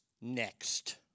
next